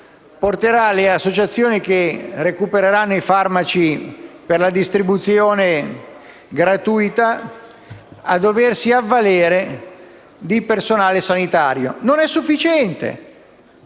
porterà le associazioni che recupereranno i farmaci per la distribuzione gratuita a doversi avvalere di personale sanitario. Non è sufficiente,